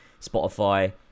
Spotify